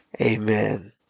amen